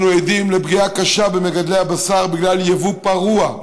אנחנו עדים לפגיעה קשה במגדלי הבשר בגלל יבוא פרוע,